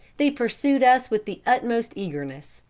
they pursued us with the utmost eagerness,